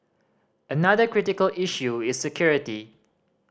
another critical issue is security